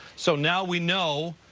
so, now we know,